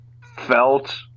felt